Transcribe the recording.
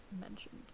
mentioned